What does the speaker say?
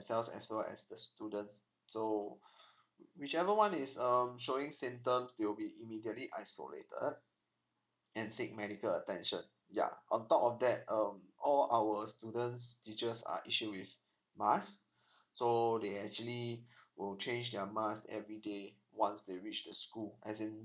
as well as the students so whichever one is um showing symptoms they'll be immediately isolated and seek medical attention ya on top of that um all our students teachers are issued with mask so they actually will change their mask every day once they reach the school as in